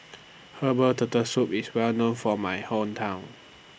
Herbal Turtle Soup IS Well known For My Hometown